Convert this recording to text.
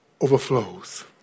overflows